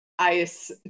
Ice